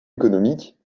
économiques